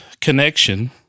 connection